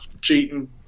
cheating